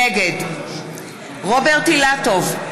נגד רוברט אילטוב,